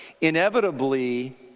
inevitably